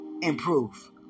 improve